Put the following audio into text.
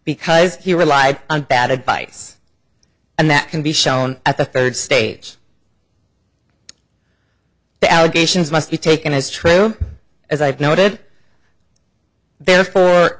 because he relied on bad advice and that can be shown at the third stage the allegations must be taken as true as i've noted there for